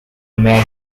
mad